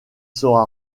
sera